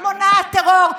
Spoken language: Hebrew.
את מטעה אותם.